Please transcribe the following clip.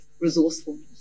resourcefulness